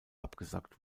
abgesagt